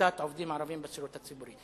לקליטת עובדים ערבים בשירות הציבורי.